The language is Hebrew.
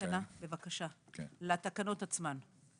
קטנה לתקנות עצמן?